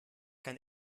kein